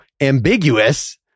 ambiguous